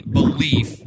belief